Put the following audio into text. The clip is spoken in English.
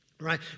Right